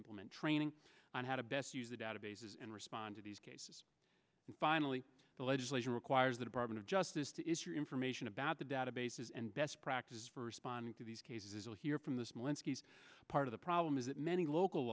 implement training on how to best use the databases and respond to these cases finally the legislation requires the department of justice to issue information about the databases and best practices for responding to these cases we'll hear from the smolinski is part of the problem is that many local